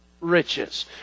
riches